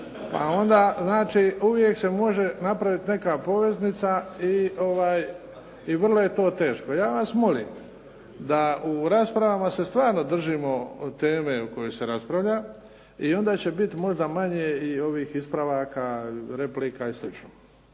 Pa onda, znači uvijek se može napraviti neka poveznica i vrlo je to teško. Ja vas molim da u raspravama se stvarno držimo teme o kojoj se raspravlja i onda će biti možda manje i ovih ispravaka, replika i